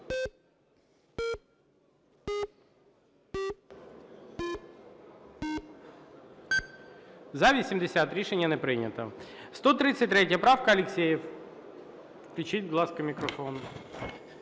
За-80 Рішення не прийнято. 133 правка, Алєксєєв. Включіть, будь ласка, мікрофон.